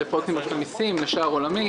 אנחנו מתקנים היום תקציב שאושר והוכן ב-2017.